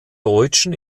deutschen